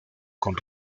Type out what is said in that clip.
con